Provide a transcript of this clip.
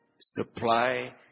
supply